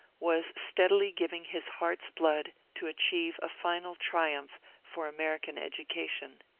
was steadily giving his heart's blood to achieve a final triumph for american education.